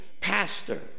pastor